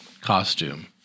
costume